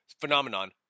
phenomenon